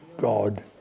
God